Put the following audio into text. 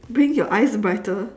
bring your eyes brighter